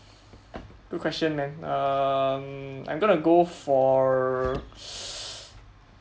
good question man um I'm gonna go for